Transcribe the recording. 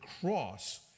cross